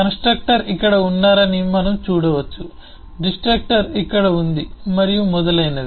constructor ఇక్కడ ఉన్నారని మనం చూడవచ్చు డిస్ట్రక్టర్ ఇక్కడ ఉంది మరియు మొదలైనవి